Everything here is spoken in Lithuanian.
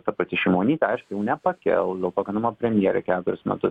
ta pati šimonytė aišku jau nepakels dėlto kad būdama premjerė ketverius metus